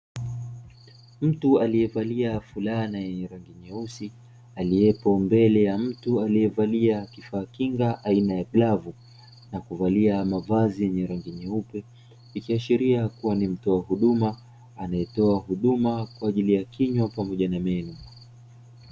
Mtu aliyevalia fulana yenye rangi nyeusi, aliyepo mbele ya mtu aliyevalia kifaa kinga aina ya glavu na kuvalia mavazi yenye rangi nyeupe, ikiashiria kuwa ni mtoa huduma, anayetoa huduma kwa ajili ya kinywa pamoja na meno.